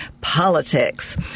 politics